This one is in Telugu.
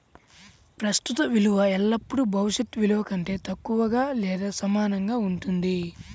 ప్రస్తుత విలువ ఎల్లప్పుడూ భవిష్యత్ విలువ కంటే తక్కువగా లేదా సమానంగా ఉంటుంది